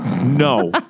No